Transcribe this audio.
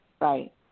right